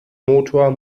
motor